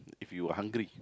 if you hungry